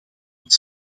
het